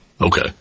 Okay